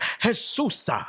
Jesus